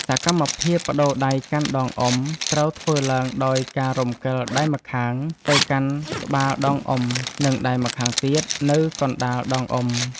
សកម្មភាពប្ដូរដៃកាន់ដងអុំ ត្រូវធ្វើឡើងដោយការរំកិលដៃម្ខាងទៅកាន់ក្បាលដងអុំ និងដៃម្ខាងទៀតនៅកណ្ដាលដងអុំ។